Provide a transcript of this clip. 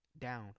down